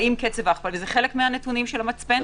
זה חלק מהנתונים של המצפן.